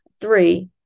Three